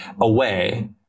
away